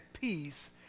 peace